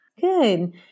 Good